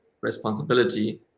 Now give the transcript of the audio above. responsibility